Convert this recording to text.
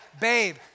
babe